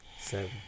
seven